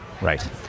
Right